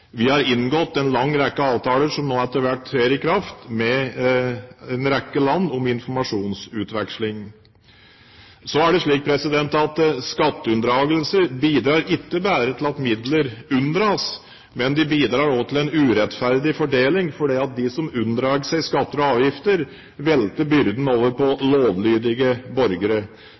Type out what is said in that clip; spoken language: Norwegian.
Vi har inngått en lang rekke avtaler med en rekke land om informasjonsutveksling som nå etter hvert trer i kraft. Så er det slik at skatteunndragelser ikke bare bidrar til at midler unndras, men de bidrar også til en urettferdig fordeling, fordi de som unndrar seg skatter og avgifter, velter byrden over på lovlydige borgere.